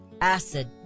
acid